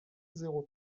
zéro